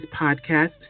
podcast